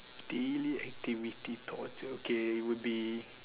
daily activity torture okay would be